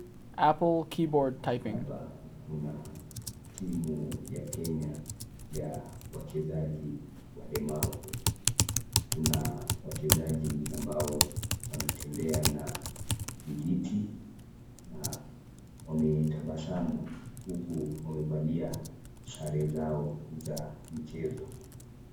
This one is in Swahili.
Hapa Kuna timu ya Kenya ya wachezaji walemavu. Kuna wachezaji ambao wanatembea na vijiti na wametabasamu huku wamevalia sare zao za michezo.